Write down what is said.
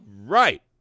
right